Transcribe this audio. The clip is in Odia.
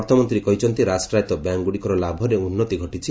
ଅର୍ଥମନ୍ତ୍ରୀ କହିଛନ୍ତି ରାଷ୍ଟ୍ରାୟତ୍ତ ବ୍ୟାଙ୍ଗୁଡ଼ିକର ଲାଭରେ ଉନ୍ନତି ଘଟିଛି